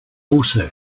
also